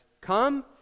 come